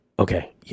Okay